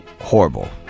horrible